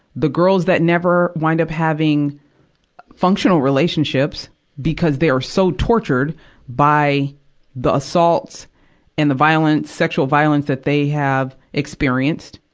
the girls that never wind up having functional relationships because they're so tortured by the assaults and the violence, sexual violence that they have experienced,